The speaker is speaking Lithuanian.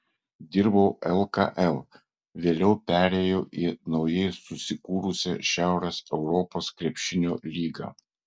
dirbau lkl vėliau perėjau į naujai susikūrusią šiaurės europos krepšinio lygą